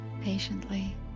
patiently